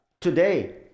today